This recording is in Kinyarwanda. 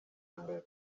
mbere